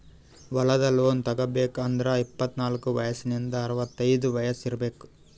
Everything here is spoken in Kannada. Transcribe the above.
ಹೊಲದ್ ಲೋನ್ ತಗೋಬೇಕ್ ಅಂದ್ರ ಇಪ್ಪತ್ನಾಲ್ಕ್ ವಯಸ್ಸಿಂದ್ ಅರವತೈದ್ ವಯಸ್ಸ್ ಇರ್ಬೆಕ್